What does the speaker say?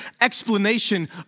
explanation